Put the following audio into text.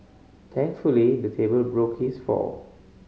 thankfully the table broke his fall